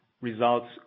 results